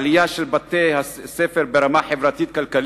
עלייה של בתי-ספר ברמה חברתית-כלכלית